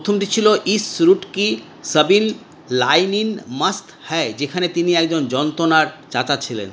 প্রথমটি ছিল ইস রুট কি সবিল লাইনিন মাস্ত হ্যায় যেখানে তিনি একজন যন্ত্রণার চাচা ছিলেন